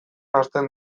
hasten